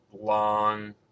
long